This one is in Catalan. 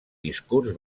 discurs